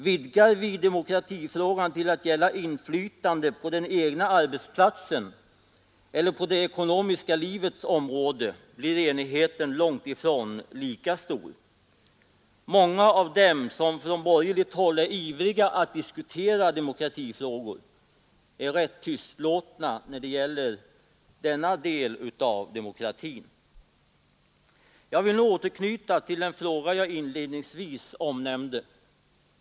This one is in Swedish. Vidgar vi demokratifrågan till att gälla inflytande på den egna arbetsplatsen eller på det ekonomiska livets område, blir enigheten långt ifrån lika stor. Många av dem som från borgerligt håll är ivriga att diskutera demokratifrågor är rätt tystlåtna när det gäller denna del av demokratin. Jag vill nu återknyta till den fråga jag inledningsvis omnämnde.